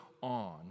on